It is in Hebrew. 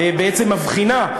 בעצם מבחינה,